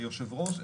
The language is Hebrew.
היושב ראש,